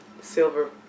silver